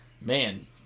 Man